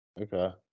Okay